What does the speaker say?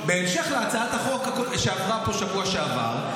המשך להצעת החוק שעברה פה בשבוע שעבר,